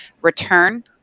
return